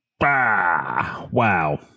Wow